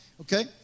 okay